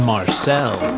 Marcel